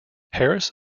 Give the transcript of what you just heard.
harris